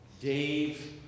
Dave